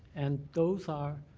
and those are